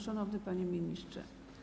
Szanowny Panie Ministrze!